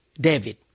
David